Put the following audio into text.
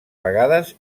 vegades